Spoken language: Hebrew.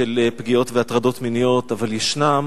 של פגיעות והטרדות מיניות, אבל ישנן